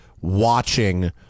watching